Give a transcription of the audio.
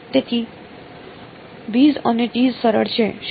તેથી bs અને ts સરળ છે શું છે